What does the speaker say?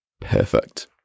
Perfect